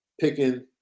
picking